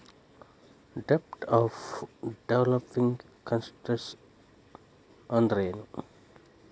ಡೆಬ್ಟ್ of developing countries ಅಂದ್ರೇನು?